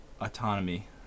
autonomy